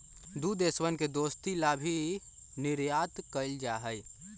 दु देशवन के दोस्ती ला भी निर्यात कइल जाहई